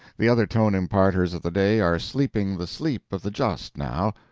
the other tone-imparters of the day are sleeping the sleep of the just now.